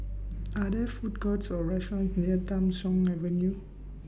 Are There Food Courts Or restaurants near Tham Soong Avenue